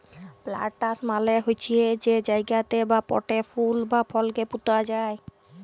planters মালে হছে যে জায়গাতে বা পটে ফুল বা ফলকে পুঁতা যায়